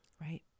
Right